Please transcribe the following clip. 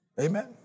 Amen